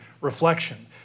reflection